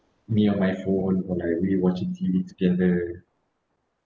me on my phone on night we watching T_V together